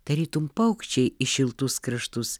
tarytum paukščiai į šiltus kraštus